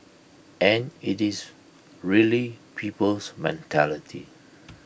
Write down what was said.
and IT is really people's mentality